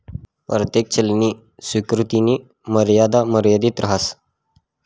परतेक चलननी स्वीकृतीनी मर्यादा मर्यादित रहास